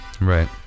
Right